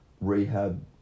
rehab